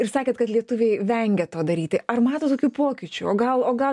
ir sakėt kad lietuviai vengia to daryti ar matot kokių pokyčių o gal o gal